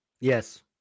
Yes